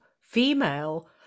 female